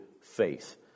faith